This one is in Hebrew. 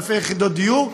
אלפי יחידות דיור.